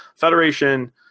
federation